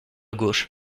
gauche